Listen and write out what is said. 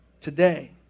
today